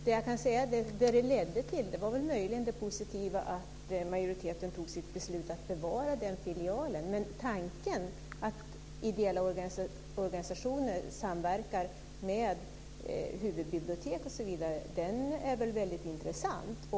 Det ledde till var möjligen det positiva att majoriteten fattade beslut att bevara den filialen. Men tanken att ideella organisationer samverkar med huvudbibliotek osv. är väl väldigt intressant.